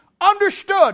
understood